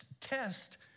test